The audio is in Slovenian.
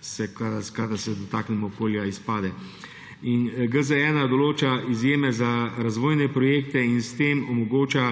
vse, kadar se dotaknemo okolja, izpade. GZ-1 določa izjeme za razvojne projekte in s tem omogoča